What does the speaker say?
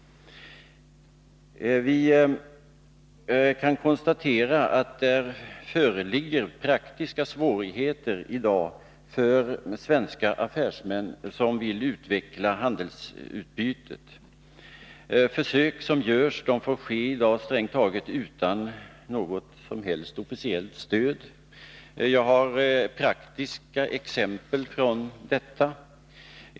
Vi kan konstatera att det i dag föreligger praktiska svårigheter för svenska affärsmän som vill utveckla handelsutbytet. Försök som görs får ske utan något som helst officiellt stöd. Jag har praktiska exempel på detta.